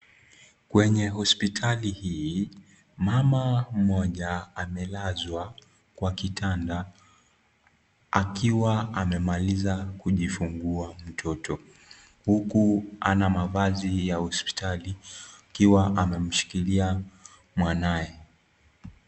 Kwenye hospitali hii, mama mmoja amelazwa Kwa kitanda akiwa amemaliza kujifungua mtoto huku ana mavazi ya hospitali akiwa amemshikilia mwanaume.